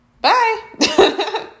Bye